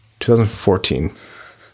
2014